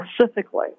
specifically